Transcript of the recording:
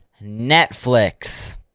Netflix